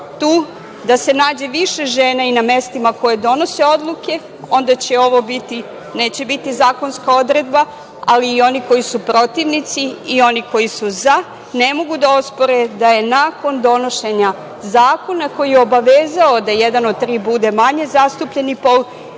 tu da se nađe više žena i na mestima koje donosi odluke onda će ovo biti, neće biti zakonska odredba, ali i oni koji su protivnici i oni koji su za, ne mogu da ospore da je nakon donošenja zakona koji je obavezao da jedan od tri bude manje zastupljeni, nismo